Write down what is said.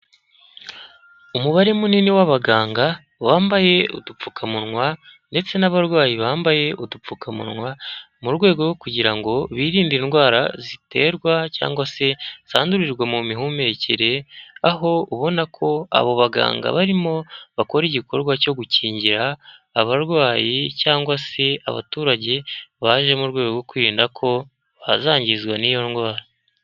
Umubare munini w'abaganga bambaye udupfukamunwa ndetse n'abarwayi bambaye udupfukamunwa mu rwego rwo kugira ngo birinde indwara ziterwa cyangwa se zandurirwa mu mihumekere, aho ubona ko abo baganga barimo bakora igikorwa cyo gukingira abarwayi cyangwa se abaturage baje mu rwego rwo kwirinda ko bazangizwa n'iyo ndwara.